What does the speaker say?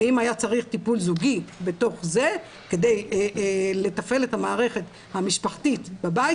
ואם היה צריך טיפול זוגי בתוך זה כדי לתפעל את המערכת המשפחתית בבית,